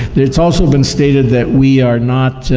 it's also been stated that we are not,